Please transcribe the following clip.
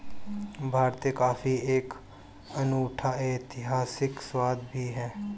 भारतीय कॉफी का एक अनूठा ऐतिहासिक स्वाद भी है